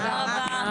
הישיבה ננעלה בשעה